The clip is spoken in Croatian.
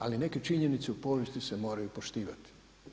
Ali neke činjenice u povijesti se moraju poštivati.